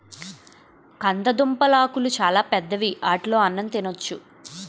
కందదుంపలాకులు చాలా పెద్దవి ఆటిలో అన్నం తినొచ్చు